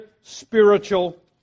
spiritual